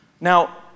Now